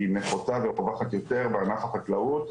היא נפוצה ופורחת יותר בענף החקלאות,